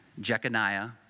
Jeconiah